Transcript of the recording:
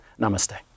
Namaste